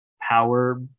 power